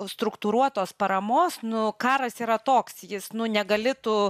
struktūruotos paramos nu karas yra toks jis nu negali tu